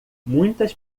muitas